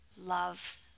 Love